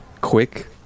quick